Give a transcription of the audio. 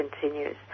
continues